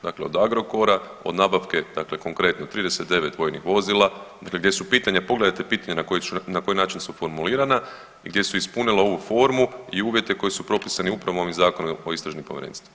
Dakle, od Agrokora, od nabavke dakle konkretno 39 vojnih vozila dakle gdje su pitanja, pogledajte pitanja na koji način su formulirana i gdje su ispunila ovu formu i uvjete koji su propisani upravo ovim Zakonom o istražnim povjerenstvima.